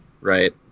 right